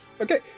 Okay